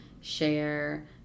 share